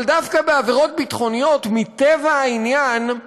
אבל דווקא בעבירות ביטחוניות, מטבע העניין,